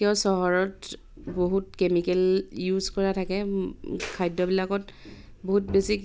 কিয় চহৰত বহুত কেমিকেল ইউজ কৰা থাকে খাদ্যবিলাকত বহুত বেছি